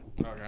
Okay